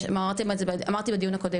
אמרתי בדיון הקודם,